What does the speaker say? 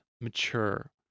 mature